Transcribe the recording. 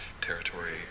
territory